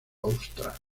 austral